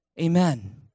Amen